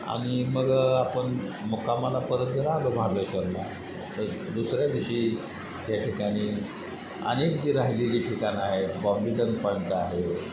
आणि मग आपण मुक्कामाला परत राहावं महाबळेश्वरला तेच दुसऱ्या दिवशी त्या ठिकाणी अनेक जी राहिली ठिकाणं आहेत बॉम्बेदन पॉइंट आहे